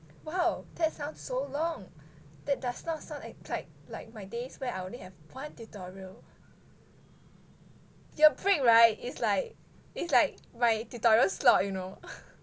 !wow! that sounds so long that does not sound a like like my days where I only have one tutorial your break [right] it's like it's like my tutorial slot you know